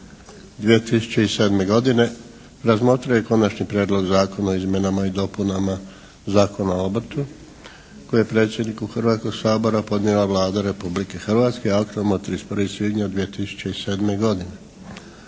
2007. godine razmotrio je Konačni prijedlog Zakona o izmjenama i dopunama Zakona o obrtu koji je predsjedniku Hrvatskog sabora podnijela Vlada Republike Hrvatske aktom od 31. svibnja 2007. godine.